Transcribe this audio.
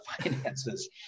finances